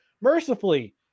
mercifully